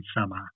summer